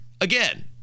again